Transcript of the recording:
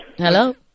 Hello